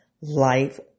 life